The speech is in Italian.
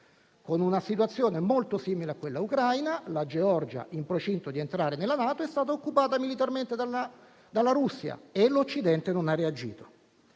con una situazione molto simile a quella ucraina: la Georgia, in procinto di entrare nella NATO, è stata occupata militarmente dalla Russia e l'Occidente non ha reagito.